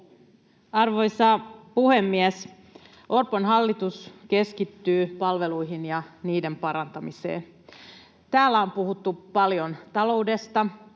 Arvoisa puhemies! Orpon hallitus keskittyy palveluihin ja niiden parantamiseen. Täällä on puhuttu paljon taloudesta,